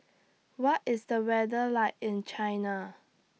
What IS The weather like in China